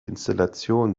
installation